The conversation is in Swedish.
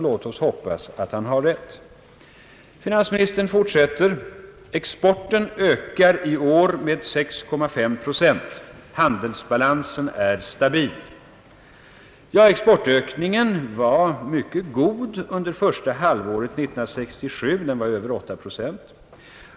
Låt oss hoppas att han får rätt. »Exporten ökar i år med 6,5 procent. Handelsbalansen är stabil», fortsätter finansministern. Exportökningen var mycket god under första halvåret 1967, över 8 procent.